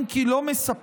אם כי לא מספקות,